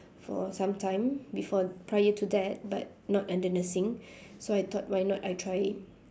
for some time before prior to that but not under nursing so I thought why not I try